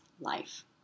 life